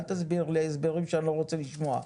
אל תסביר לי הסברים שאני לא רוצה לשמוע.